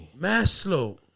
maslow